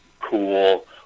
cool